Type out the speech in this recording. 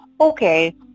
Okay